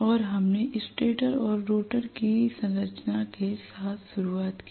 और हमने स्टेटर और रोटर की संरचना के साथ शुरुआत की